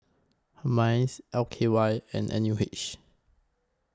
Minds L K Y and N U H